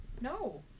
No